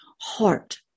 heart